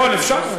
נכון, אפשר.